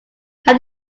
how